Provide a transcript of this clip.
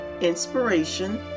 Inspiration